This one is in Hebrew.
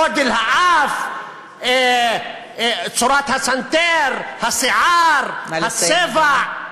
גודל האף, צורת הסנטר, השיער, הצבע,